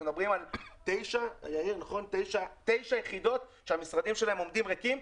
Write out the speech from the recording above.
אנחנו מדברים על תשע יחידות שהמשרדים שלהן עומדים ריקים,